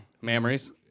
Memories